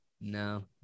No